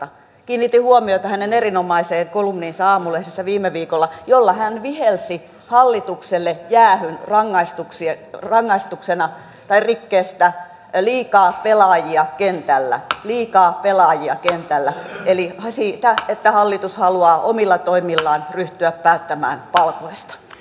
kiinnitin huomiota hänen erinomaiseen kolumniinsa aamulehdessä viime viikolla jolla hän vihelsi hallitukselle jäähyn rangaistuksena tai rikkeestä liikaa pelaajia kentällä eli siitä että hallitus haluaa omilla toimillaan ryhtyä päättämään palkoista